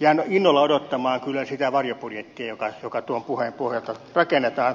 jään innolla odottamaan kyllä sitä varjobudjettia joka tuon puheen pohjalta rakennetaan